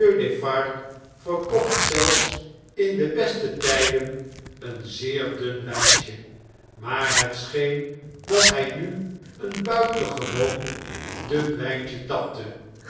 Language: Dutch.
verkocht zelfs in de beste tpen een zeer dun wjjntje maar het scheen dat hij nu een buitengewoon dun wjjntje tapte